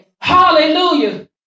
Hallelujah